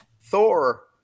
Thor